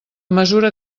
mesura